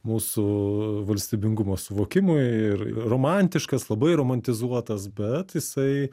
mūsų valstybingumo suvokimui ir romantiškas labai romantizuotas bet jisai